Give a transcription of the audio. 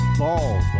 balls